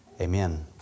Amen